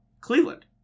Cleveland